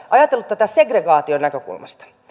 ajatellut tätä segregaation näkökulmasta